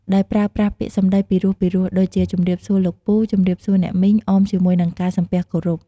ដោយប្រើប្រាស់ពាក្យសម្ដីពីរោះៗ ដូចជា ជម្រាបសួរលោកពូ ជម្រាបសួរអ្នកមីង អមជាមួយនឹងការសំពះគោរព។